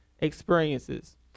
experiences